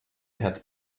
head